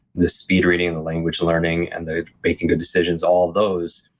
the speed-reading, the language-learning, and the making of decisions, all those.